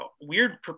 weird